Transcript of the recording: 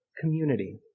community